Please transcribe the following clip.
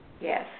Yes